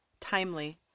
timely